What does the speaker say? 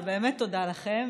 אבל באמת תודה לכם.